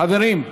חברים,